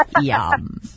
yum